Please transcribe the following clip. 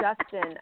Justin